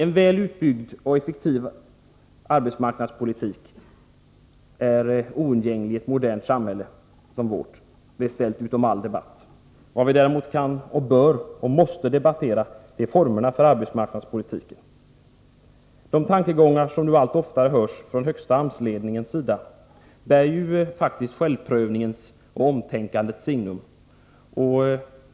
En väl utbyggd och effektiv arbetsmarknadspolitik är oundgänglig i ett modernt samhälle som vårt — detta är ställt utom debatt. Vad vi däremot kan, bör och måste debattera är formerna för arbetsmarknadspolitiken. De tankegångar som nu allt oftare hörs från den högsta AMS-ledningens sida bär faktiskt självprövningens och omtänkandets signum.